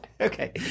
Okay